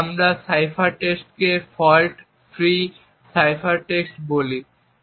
আমরা সাইফার টেক্সটকে fault free cipher text বলে থাকি